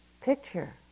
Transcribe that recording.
picture